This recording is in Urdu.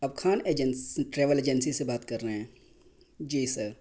آپ خان ٹریول ایجنسی سے بات کر رہے ہیں جی سر